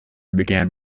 began